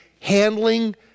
handling